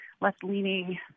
left-leaning